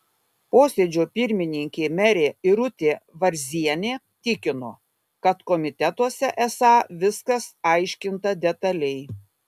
posėdžio pirmininkė merė irutė varzienė tikino kad komitetuose esą viskas aiškinta detaliai